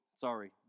sorry